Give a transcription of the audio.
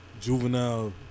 Juvenile